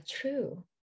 true